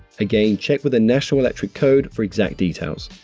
again, check with the national electric code for exact details.